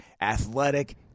athletic